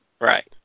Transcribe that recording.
Right